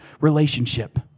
relationship